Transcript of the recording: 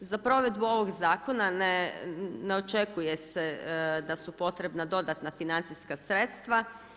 Za provedbu ovog zakona ne očekuje se da su potrebna dodatna financijska sredstva.